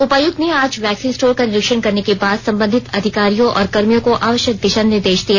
उपायुक्त ने आज वैक्सीन स्टोर का निरीक्षण करने के बाद संबंधित अधिकारियों और कर्मियों को आवश्यक दिशा निर्देश दिए